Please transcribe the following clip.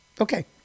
Okay